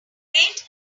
wait